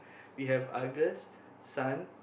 we have Argus Sun